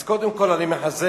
אז קודם כול, אני מחזק